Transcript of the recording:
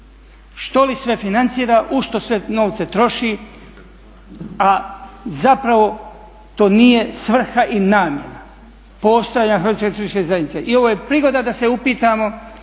Što li sve financira, u što sve novce troši, a zapravo to nije svrha i namjena postojanja Hrvatske turističke zajednice. I ovo je prigoda da se upitamo